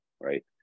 right